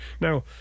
Now